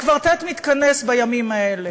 הקוורטט מתכנס בימים האלה,